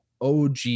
OG